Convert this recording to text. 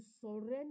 surrender